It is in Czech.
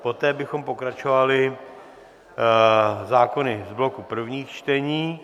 Poté bychom pokračovali zákony z bloku prvních čtení.